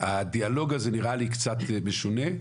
הדיאלוג הזה נראה לי קצת משונה.